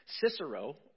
Cicero